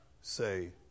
say